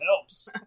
helps